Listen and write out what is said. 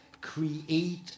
create